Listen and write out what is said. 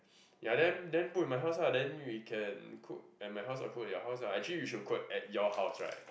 ya then then put at my house lah then we can cook at my house or cook your house ah actually we should cook at your house right